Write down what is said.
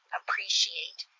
appreciate